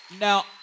Now